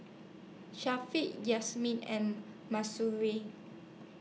Syafiq Yasmin and Mahsuri